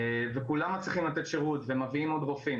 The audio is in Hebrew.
וכולם מצליחים לתת שירות ומביאים עוד רופאים